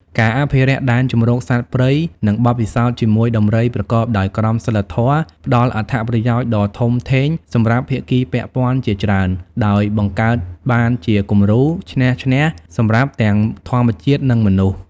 ការអភិវឌ្ឍដែនជម្រកសត្វព្រៃ និងបទពិសោធន៍ជាមួយដំរីប្រកបដោយក្រមសីលធម៌ផ្តល់អត្ថប្រយោជន៍ដ៏ធំធេងដល់ភាគីពាក់ព័ន្ធជាច្រើន ដោយបង្កើតបានជាគំរូ ឈ្នះ ឈ្នះ សម្រាប់ទាំងធម្មជាតិ និងមនុស្ស។